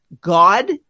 God